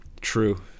True